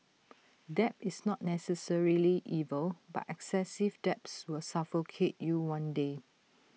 debt is not necessarily evil but excessive debts will suffocate you one day